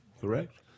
correct